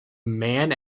man